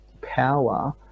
power